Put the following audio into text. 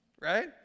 Right